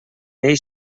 llei